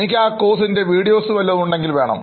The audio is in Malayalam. എനിക്ക് ആ കോഴ്സ് വീഡിയോസ് വേണം